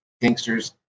gangsters